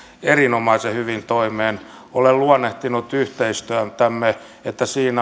erinomaisen hyvin toimeen olen luonnehtinut yhteistyötämme niin että siinä